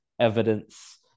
evidence